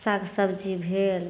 साग सब्जी भेल